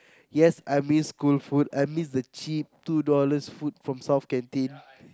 yes I miss school food I miss the cheap two dollars food from South canteen